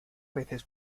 veces